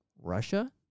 Russia